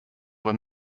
were